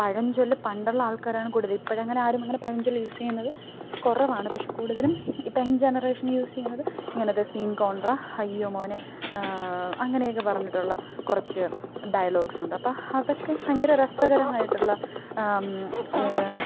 പഴഞ്ചൊല്ല് പണ്ടുള്ള ആള്ക്കാരാണ് കൂടുതല് ഇപ്പോഴങ്ങനെ ആരുമങ്ങനെ പഴഞ്ചൊല്ല് യൂസ് ചെയ്യുന്നത് കുറവാണ് പക്ഷെ കൂടുതലും ഇപ്പോള് യങ്ങ് ജനറേഷന് യൂസ് ചെയ്യുന്നത് ഇങ്ങനത്തെ സീന് കോണ്ഡ്രാ അയ്യോ മോനെ അങ്ങനെയൊക്കെ പറഞ്ഞിട്ടുള്ള കുറച്ച് ഡയലോഗ്സുണ്ട് അപ്പോള് അതൊക്കെ ഭയങ്കര രസകരമായിട്ടുള്ള